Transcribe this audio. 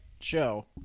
show